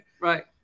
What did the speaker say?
Right